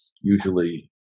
Usually